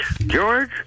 George